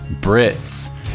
Brits